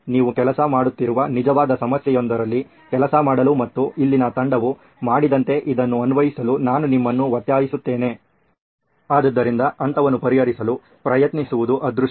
ನೀವು ಕೆಲಸ ಮಾಡುತ್ತಿರುವ ನಿಜವಾದ ಸಮಸ್ಯೆಯೊಂದರಲ್ಲಿ ಕೆಲಸ ಮಾಡಲು ಮತ್ತು ಇಲ್ಲಿನ ತಂಡವು ಮಾಡಿದಂತೆ ಇದನ್ನು ಅನ್ವಯಿಸಲು ನಾನು ನಿಮ್ಮನ್ನು ಒತ್ತಾಯಿಸುತ್ತೇನೆ ಆದ್ದರಿಂದ ಹಂತವನ್ನು ಪರಿಹರಿಸಲು ಪ್ರಯತ್ನಿಸುವುದು ಅದೃಷ್ಟ